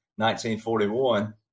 1941